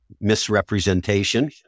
misrepresentation